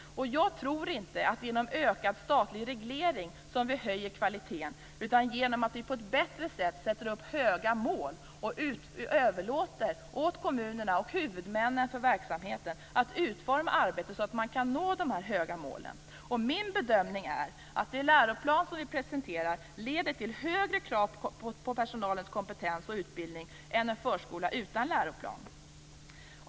Jag tror inte att det är genom ökad statlig reglering som vi höjer kvaliteten utan genom att vi på ett bättre vis sätter upp höga mål och överlåter åt kommunerna och huvudmännen för verksamheten att utforma arbetet så att man kan nå de här höga målen. Min bedömning är den att den läroplan som vi presenterar leder till högre krav på personalens kompetens och utbildning än en förskola utan läroplan.